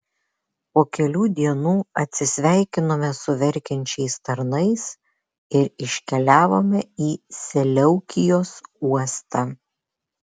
po kelių dienų atsisveikinome su verkiančiais tarnais ir iškeliavome į seleukijos uostą